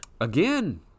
again